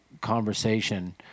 conversation